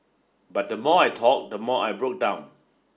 but the more I talked the more I broke down